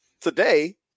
today